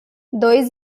dois